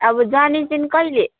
अब जाने चाहिँ कहिले